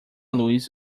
luz